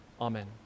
Amen